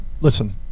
listen